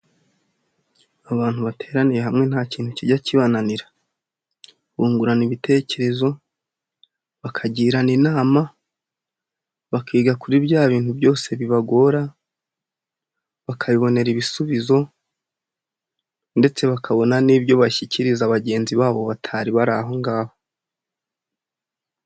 Abantu bateraniye hamwe nta kintu kijya kibananira. Bungurana ibitekerezo, bakagirana inama, bakiga kuri bya bintu byose bibagora, bakabibonera ibisubizo, ndetse bakabona n'ibyo bashyikiriza bagenzi babo batari bari aho ngaho.